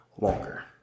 longer